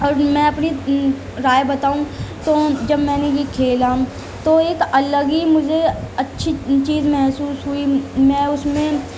اور میں اپنی رائے بتاؤں تو جب میں نے یہ کھیلا تو ایک الگ ہی مجھے اچّھی چیز محسوس ہوئی میں اس میں